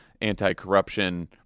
anti-corruption